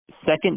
Second